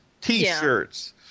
T-shirts